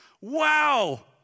Wow